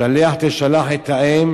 שלח תשלח את האם